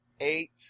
Eight